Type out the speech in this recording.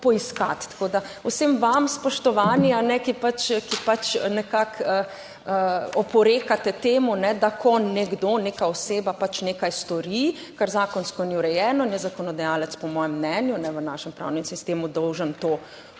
Tako da, vsem vam, spoštovani pač, ki pač nekako oporekate temu, da ko nekdo, neka oseba pač nekaj stori, kar zakonsko ni urejeno in je zakonodajalec, po mojem mnenju, v našem pravnem sistemu dolžan to urediti,